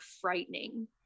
frightening